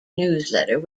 newsletter